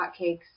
hotcakes